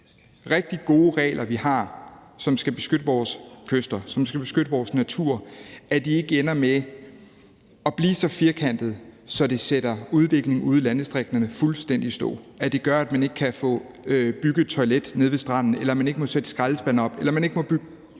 rigtig gode regler, vi har, og som skal beskytte vores kyster og vores natur, ikke ender med at blive så firkantede, at det sætter udviklingen ude i landdistrikterne fuldstændig i stå og gør, at man ikke kan få bygget et toilet nede ved stranden, eller at man ikke må sætte skraldespande op, eller at man ikke må bygge